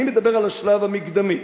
אני מדבר על השלב המקדמי.